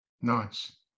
Nice